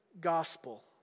gospel